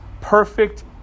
perfect